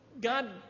God